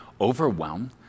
overwhelmed